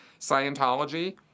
Scientology